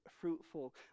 fruitful